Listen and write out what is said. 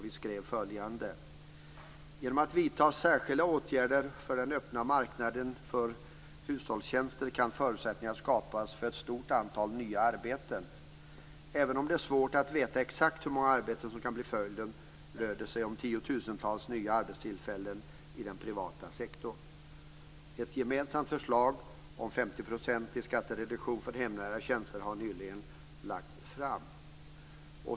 Vi skrev följande: "Genom att vidta särskilda åtgärder för att öppna marknaden för hushållstjänster kan förutsättningar skapas för ett stort antal nya arbeten. Även om det är svårt att veta exakt hur många arbeten som kan bli följden rör det sig tusentals nya arbetstillfällen i den privata sektorn. Ett gemensamt förslag om 50 % skattereduktion för hemnära tjänster har nyligen lagts fram -."